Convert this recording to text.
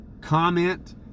comment